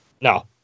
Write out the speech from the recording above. No